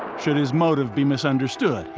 should his motive be misunderstood,